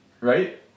Right